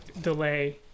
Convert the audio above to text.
delay